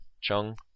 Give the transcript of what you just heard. Chung